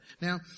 Now